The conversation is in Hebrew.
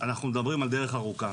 מדברים על דרך ארוכה.